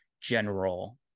general